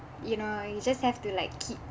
you know you just have to like keep